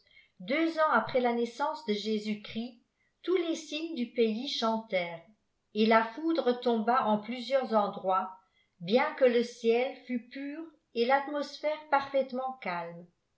deux ans après la naissance de jésusi christ tous les cygnes du pays chantèrent et la foudre tobaba en plusieurs endroits bien que le ciel fût pur et ratmosphère parfaitement calme